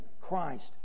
Christ